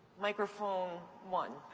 microphone one.